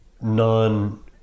non